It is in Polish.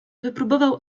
wypróbował